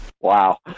Wow